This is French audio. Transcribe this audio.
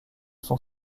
sont